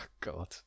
god